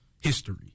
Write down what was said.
history